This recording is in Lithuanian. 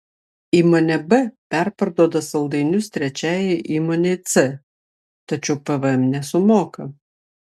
įmonė b perparduoda saldainius trečiajai įmonei c tačiau pvm nesumoka